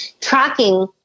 tracking